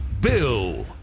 Bill